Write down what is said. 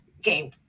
game